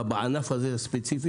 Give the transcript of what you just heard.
בענף הספציפי הזה.